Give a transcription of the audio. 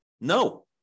No